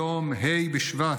היום, ה' בשבט,